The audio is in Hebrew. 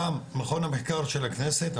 גם מכון המחקר של הכנסת,